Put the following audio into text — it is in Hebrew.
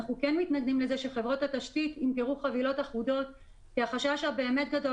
אנחנו כן מתנגדים לזה שחברות התשתית ימכרו חבילות אחודות כי החשש הגדול,